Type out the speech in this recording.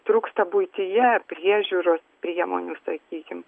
trūksta buityje priežiūros priemonių sakykim